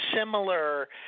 similar